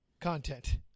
Content